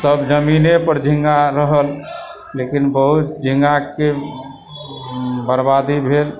सब जमीने पर झिँगा रहल लेकिन बहुत झिँगाकेँ बरबादी भेल